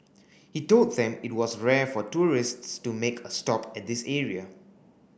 he told them it was rare for tourists to make a stop at this area